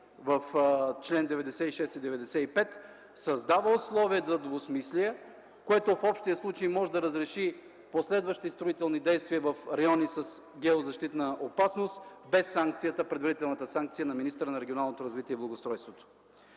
в чл. 96 и 95, създава условия за двусмислие, което в общия случай може да разреши последващи строителни действия в райони с геозащитна опасност без предварителната санкция на министъра на регионалното развитие и благоустройството.